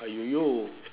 !aiyoyo!